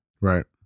right